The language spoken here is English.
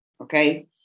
okay